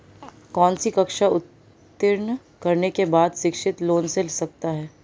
कौनसी कक्षा उत्तीर्ण करने के बाद शिक्षित लोंन ले सकता हूं?